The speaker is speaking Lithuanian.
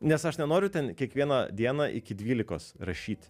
nes aš nenoriu ten kiekvieną dieną iki dvylikos rašyt